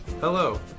Hello